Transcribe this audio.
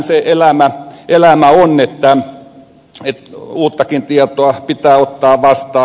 tätähän se elämä on että uuttakin tietoa pitää ottaa vastaan